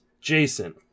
Jason